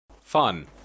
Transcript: fun